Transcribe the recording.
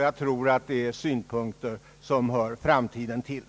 Jag tror att dessa synpunkter hör framtiden till.